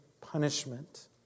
punishment